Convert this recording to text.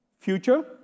future